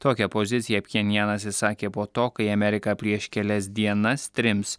tokią poziciją pchenjanas išsakė po to kai į ameriką prieš kelias dienas trims